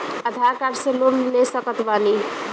आधार card से loan ले सकत बणी?